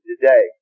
today